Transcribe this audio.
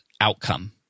outcome